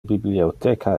bibliotheca